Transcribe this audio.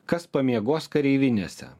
kas pamiegos kareivinėse